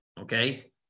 Okay